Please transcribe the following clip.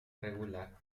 regular